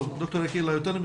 טוב, ד"ר יקיר לא איתנו.